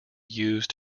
used